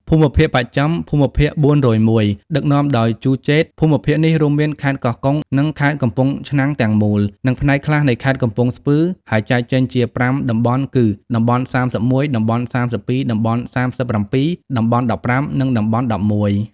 ភូមិភាគបស្ចិម (ភូមិភាគ៤០១) ដឹកនាំដោយ ជូ ជេត ភូមិភាគនេះរួមមាន ខេត្តកោះកុង និងខេត្តកំពង់ឆ្នាំងទាំងមូល និងផ្នែកខ្លះនៃខេត្តកំពង់ស្ពឺ ហើយចែកចេញជាប្រាំតំបន់គឺ តំបន់៣១ តំបន់៣២ តំបន់៣៧ តំបន់១៥ និងតំបន់១១។